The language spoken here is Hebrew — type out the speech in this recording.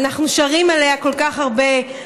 אנחנו שרים עליה כל כך הרבה,